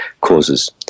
causes